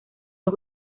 los